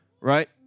Right